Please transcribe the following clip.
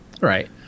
Right